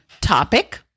topic